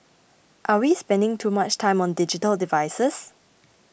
are we spending too much time on digital devices